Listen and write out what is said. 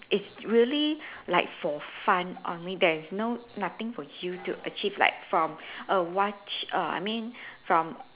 it's really like for fun only there is no nothing for you to achieve like from a watch err I mean from